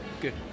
good